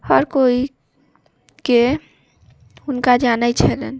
हर केओके हुनका जानैत छलनि